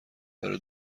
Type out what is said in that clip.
برا